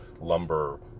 lumber